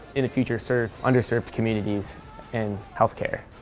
in the future, serve underserved communities in healthcare.